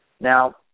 Now